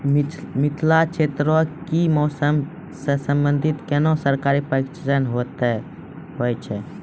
मिथिला क्षेत्रक कि मौसम से संबंधित कुनू सरकारी प्रशिक्षण हेतु छै?